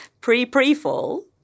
Pre-pre-fall